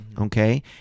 okay